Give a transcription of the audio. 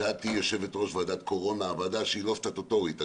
שאת תהיי יושבת-ראש ועדת קורונה - ועדה שהיא לא סטטוטורית,